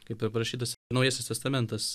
kaip ir parašytas naujasis testamentas